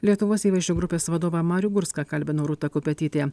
lietuvos įvaizdžio grupės vadovą marių gurską kalbino rūta kupetytė